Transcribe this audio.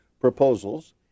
proposals